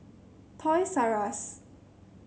Toys R Us